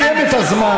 סיים את הזמן,